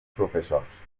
professors